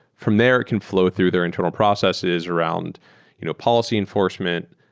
from there, it can flow through their internal processes around you know policy enforcement,